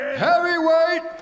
heavyweight